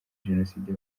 jenoside